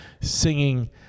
singing